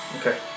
Okay